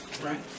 Right